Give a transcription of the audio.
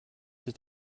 sich